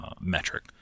metric